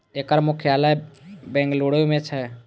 एकर मुख्यालय बेंगलुरू मे छै